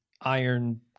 iron